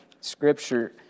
Scripture